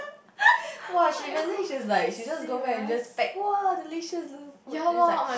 !wah! she really she's like she just go back to just pack !woah! delicious food that's like